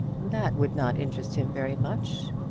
that would not interest him very much.